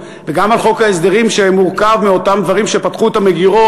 וגם על חוק ההסדרים שמורכב מאותם דברים שפתחו את המגירות,